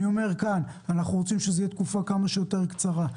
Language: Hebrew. אני אומר כאן שאנחנו רוצים שזאת יהיה תקופה כמה שיותר קצרה.